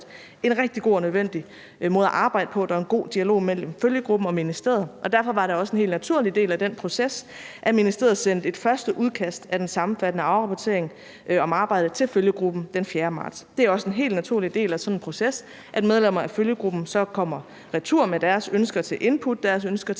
en rigtig god og nødvendig måde at arbejde på. Der er en god dialog mellem følgegruppen og ministeriet, og derfor var det også en helt naturlig del af den proces, at ministeriet sendte et første udkast af den sammenfattende afrapportering om arbejdet til følgegruppen den 4. marts. Det er også en helt naturlig del af sådan en proces, at medlemmer af følgegruppen så kommer retur med deres ønsker til input, deres ønsker til